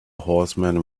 horseman